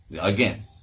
Again